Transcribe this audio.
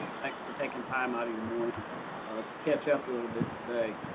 thanks for taking time out of your morning to catch up a little bit today.